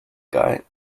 guy